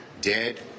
dead